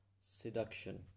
Seduction